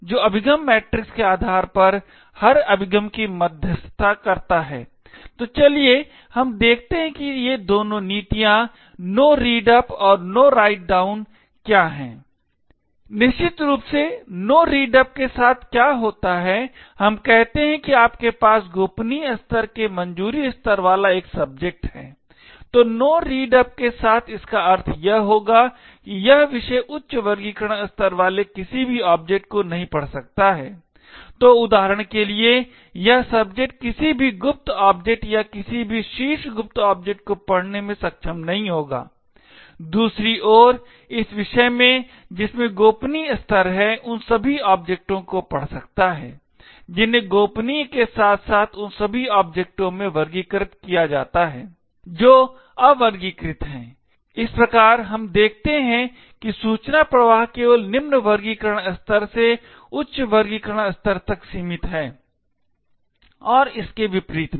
जो अभिगम मैट्रिक्स के आधार पर हर अभिगम की मध्यस्थता करता है तो चलिए हम देखते हैं कि ये दोनों नीतियां No Read Up और No Write down क्या हैं निश्चित रूप से No Read up के साथ क्या होता है हम कहते हैं कि आपके पास गोपनीय स्तर के मंजूरी स्तर वाला एक सब्जेक्ट है तो No Read Up के साथ इसका अर्थ यह होगा कि यह विषय उच्च वर्गीकरण स्तर वाले किसी भी ऑब्जेक्ट को नहीं पढ़ सकता है तो उदाहरण के लिए यह सब्जेक्ट किसी भी गुप्त ऑब्जेक्ट या किसी भी शीर्ष गुप्त ऑब्जेक्ट को पढ़ने में सक्षम नहीं होगा दूसरी ओर इस विषय में जिसमें गोपनीय स्तर है उन सभी ओब्जेक्टों को पढ़ सकता है जिन्हें गोपनीय के साथ साथ उन सभी ओब्जेक्टों में वर्गीकृत किया जाता है जो अवर्गीकृत हैं इस प्रकार हम देखते हैं कि सूचना प्रवाह केवल निम्न वर्गीकरण स्तर से उच्च वर्गीकरण स्तर तक सीमित है और इसके विपरीत नहीं